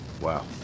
Wow